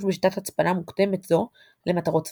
בשיטת הצפנה מוקדמת זו למטרות צבאיות.